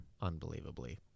Unbelievably